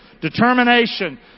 determination